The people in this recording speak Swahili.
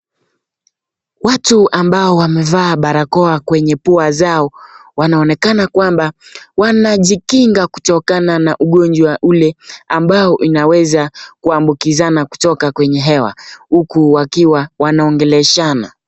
Watu ambao wamevaa barakoa kwenye pua zao wanaonekana kwamba wanajikinga kutokana na ugonjwa ule ambao inaweza kuambukizana kutoka kwenye hewa huku wakiwa wanaongeleshana.